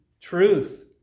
truth